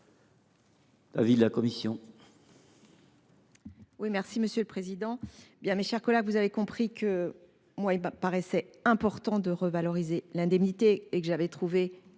l’avis de la commission